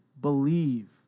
believe